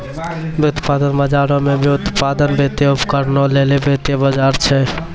व्युत्पादन बजारो मे व्युत्पादन, वित्तीय उपकरणो लेली वित्तीय बजार छै